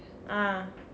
ah